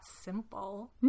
simple